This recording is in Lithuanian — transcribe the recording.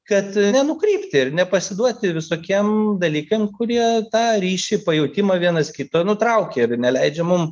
kad nenukrypti ir nepasiduoti visokiem dalykam kurie tą ryšį pajautimą vienas kitą nutraukia ir neleidžia mum